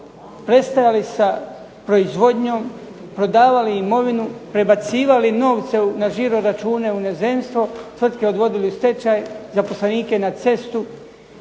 prestajali sa proizvodnjom, prodavali imovinu, prebacivali novce na žiro računa u inozemstvo, tvrtke odvodili u stečaj, zaposlenike na cestu